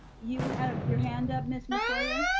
you have your hand up miss metoyer?